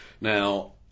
now